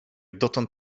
dotąd